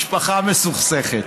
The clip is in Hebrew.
משפחה מסוכסכת.